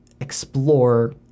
explore